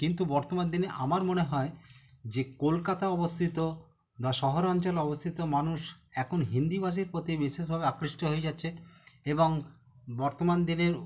কিন্তু বর্তমান দিনে আমার মনে হয় যে কলকাতা অবস্থিত বা শহর অঞ্চলে অবস্থিত মানুষ এখন হিন্দিভাষিক পথে বিশেষভাবে আকৃষ্ট হয়ে যাচ্ছে এবং বর্তমান দিনের